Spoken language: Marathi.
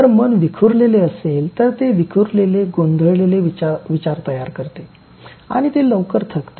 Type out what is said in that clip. जर मन विखुरलेले असेल तर ते विखुरलेले गोंधळलेले विचार तयार करते आणि लवकर थकते